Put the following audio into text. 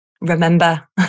remember